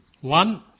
One